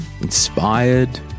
inspired